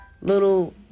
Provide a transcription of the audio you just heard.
little